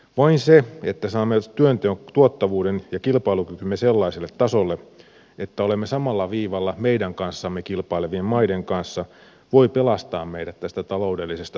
vain se että saamme työnteon tuottavuuden ja kilpailukykymme sellaiselle tasolle että olemme samalla viivalla meidän kanssamme kilpailevien maiden kanssa voi pelastaa meidät tästä taloudellisesta suosta